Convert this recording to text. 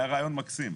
היה רעיון מקסים,